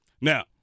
Now